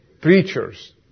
preachers